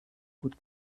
gut